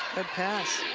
good pass.